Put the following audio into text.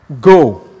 go